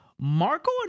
Marco